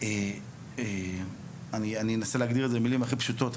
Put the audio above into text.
אני אנסה להגדיר את זה במילים הכי פשוטות,